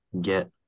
get –